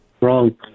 Wrong